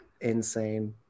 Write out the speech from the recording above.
Insane